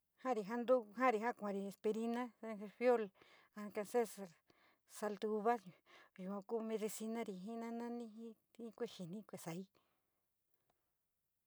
Jaari jantu, jarí ja kuarí aspirina, desenfriol, alkaselzer. Sal de uva yuá ku medicinari ji nananí ji kue´e xíní kuele saií.